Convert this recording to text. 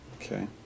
Okay